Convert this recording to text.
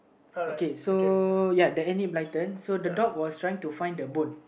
okay so ya the Enid-Blyton so the dog was trying to find the bone